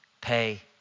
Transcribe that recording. pay